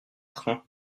train